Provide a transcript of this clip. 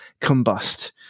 combust